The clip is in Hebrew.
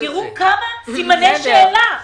תראו כמה סימני שאלה יש כאן.